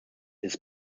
his